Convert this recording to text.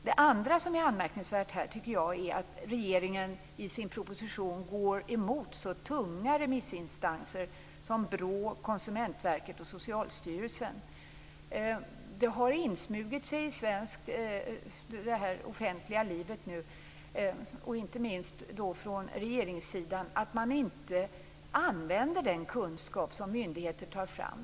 Det andra som är anmärkningsvärt är att regeringen i sin proposition går emot så tunga remissinstanser som BRÅ, Konsumentverket och Socialstyrelsen. Det har insmugit sig i det offentliga livet, inte minst från regeringssidan, att man inte använder den kunskap som myndigheter tar fram.